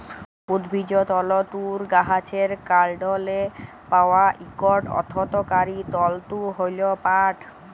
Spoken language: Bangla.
উদ্ভিজ্জ তলতুর গাহাচের কাল্ডলে পাউয়া ইকট অথ্থকারি তলতু হ্যল পাট